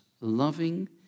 loving